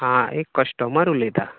आं एक कस्टमर उलयता